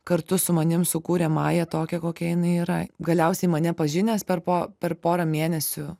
kartu su manim sukūrė mają tokią kokia jinai yra galiausiai mane pažinęs per po per porą mėnesių